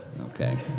okay